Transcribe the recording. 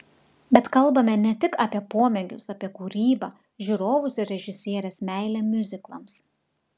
bet kalbame ne tik apie pomėgius apie kūrybą žiūrovus ir režisierės meilę miuziklams